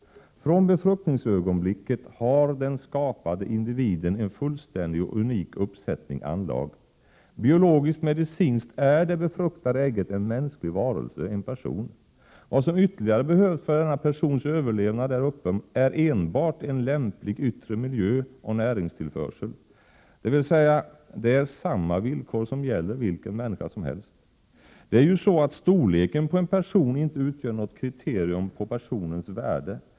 Från befruktningsögonblicket har den skapade individen en fullständig och unik uppsättning anlag. Biologiskt-medicinskt är det befruktade ägget en mänsklig varelse — en person. Vad som ytterligare behövs för denna persons överlevnad är enbart en lämplig yttre miljö och näringstillförsel. Det vill säga: det är samma villkor som gäller vilken människa som helst. Det är ju så att storleken på en person inte utgör något kriterium på personens värde.